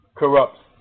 corrupts